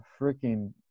freaking